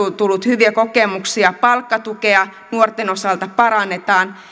on tullut hyviä kokemuksia palkkatukea nuorten osalta parannetaan